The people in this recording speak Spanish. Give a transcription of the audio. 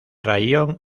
raión